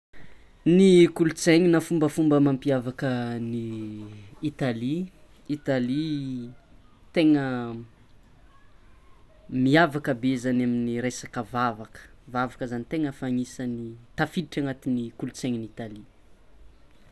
Ny kolontsainy na fombafomba mampiavaka an'i Italia, Italia tegna miavaka be zany amin'ny resaka vavaka vavaka zany tena fa agnisan'ny tafiditry agnatin'ny kolontsainan'Italia.